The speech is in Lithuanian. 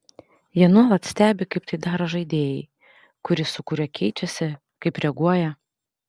jie nuolat stebi kaip tai daro žaidėjai kuris su kuriuo keičiasi kaip reaguoja